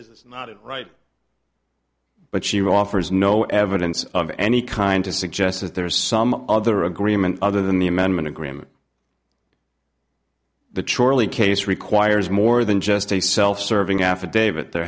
is not it right but she will offer is no evidence of any kind to suggest that there was some other agreement other than the amendment agreement the charlie case requires more than just a self serving affidavit there